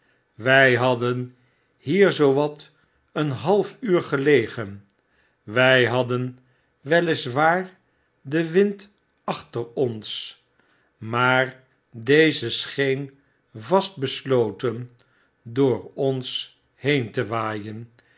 wij hadden hierzoowat een half uurgelegen wij hadden wel is waar den wind achterons maar deze scheen vast besloten door onsheente waaien